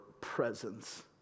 presence